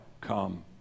come